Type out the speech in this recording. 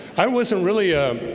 i wasn't really a